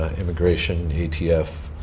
ah immigration, atf,